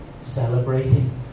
celebrating